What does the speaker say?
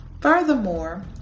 Furthermore